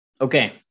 Okay